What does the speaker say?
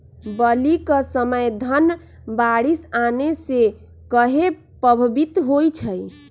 बली क समय धन बारिस आने से कहे पभवित होई छई?